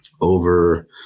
over